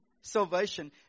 salvation